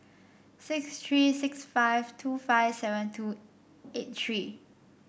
six three six five two five seven two eight three